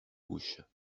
bouches